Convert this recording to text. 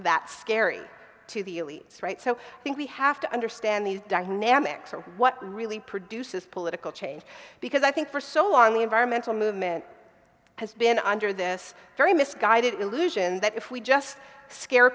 that scary to the right so i think we have to understand the dynamics of what really produces political change because i think for so long the environmental movement has been under this very misguided illusion that if we just scare